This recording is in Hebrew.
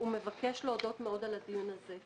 הוא מבקש להודות מאוד על הדיון הזה.